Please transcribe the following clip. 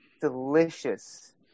delicious